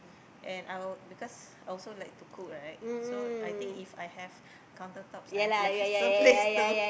and I would because I also like to cook right so I think If I have counter tops I have lesser place too